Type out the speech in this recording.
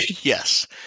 Yes